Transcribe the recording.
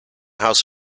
house